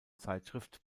zeitschrift